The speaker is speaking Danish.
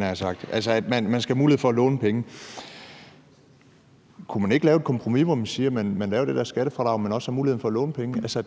nær sagt, altså at man skal have mulighed for at låne penge. Kunne man ikke lave et kompromis, hvor man siger, at man giver det her skattefradrag, men at der også er muligheden for at låne penge? Altså,